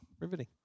Riveting